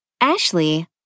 Ashley